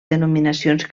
denominacions